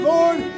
Lord